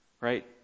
Right